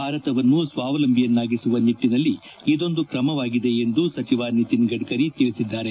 ಭಾರತವನ್ನು ಸ್ವಾವಲಂಬಿಯನ್ನಾಗಿಸುವ ನಿಟ್ಲನಲ್ಲಿ ಇದೊಂದು ಕ್ರಮವಾಗಿದೆ ಎಂದು ಸಚಿವ ನಿತಿನ್ ಗಡ್ಡರಿ ತಿಳಿಸಿದ್ದಾರೆ